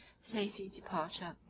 his hasty departure,